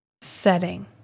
setting